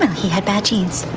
he had bad genes,